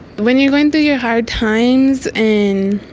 when you're going through your hard times and